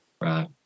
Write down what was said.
right